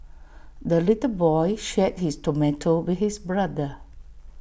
the little boy shared his tomato with his brother